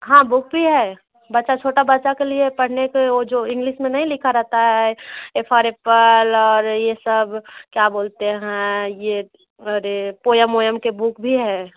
हाँ बुक भी है बच्चा छोटा बच्चा के लिए वह जो इंग्लिश में नहीं लिखा रहता है ए फॉर एप्पल और यह सब क्या बोलते हैं यह अरे पोअम वोयम कि बुक भी है